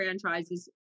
franchises